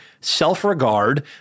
self-regard